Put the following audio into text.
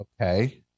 Okay